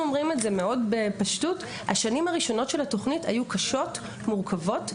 אנחנו אומרים בפשטות שהשנים הראשונות של התוכנית היו קשות ומורכבות,